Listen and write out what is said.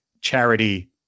charity